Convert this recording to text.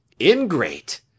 ingrate